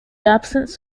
absence